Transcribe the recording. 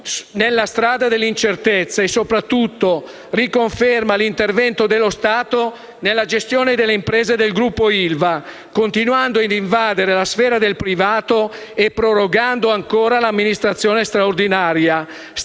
nella strada dell'incertezza e, soprattutto, riconferma l'intervento dello Stato nella gestione delle imprese del Gruppo ILVA, continuando a invadere la sfera del privato e prorogando l'amministrazione straordinaria.